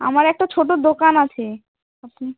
আমার একটা ছোট দোকান আছে আপনি